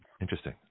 Interesting